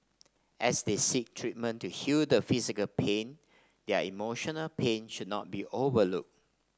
as they seek treatment to heal the physical pain their emotional pain should not be overlooked